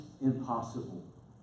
impossible